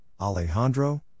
Alejandro